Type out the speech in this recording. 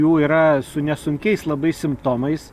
jų yra su nesunkiais labai simptomais